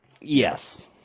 Yes